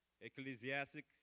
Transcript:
Ecclesiastic